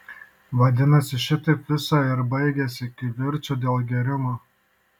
vadinasi šitaip visa ir baigiasi kivirču dėl gėrimo